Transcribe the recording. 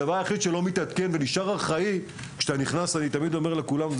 הדבר היחיד שלא מתעדכן אני תמיד אומר לכולם,